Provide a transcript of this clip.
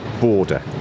border